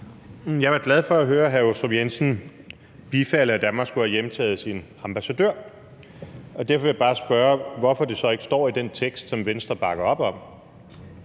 Jeg var glad for at høre hr. Michael Aastrup Jensen bifalde, at Danmark skulle have hjemtaget sin ambassadør, og derfor vil jeg så bare spørge, hvorfor det så ikke står i den tekst, som Venstre bakker op om.